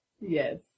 Yes